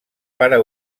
pare